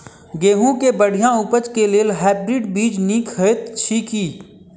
गेंहूँ केँ बढ़िया उपज केँ लेल हाइब्रिड बीज नीक हएत अछि की?